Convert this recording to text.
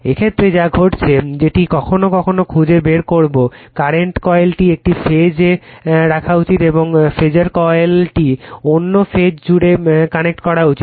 এই ক্ষেত্রে যা ঘটছে যেটি কখনও কখনও খুঁজে বের করবো কারেন্ট কয়েলটি একটি ফেজ এ রাখা উচিত এবং ফেজার কয়েলটি অন্য ফেজ জুড়ে কানেক্ট করা উচিত